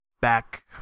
back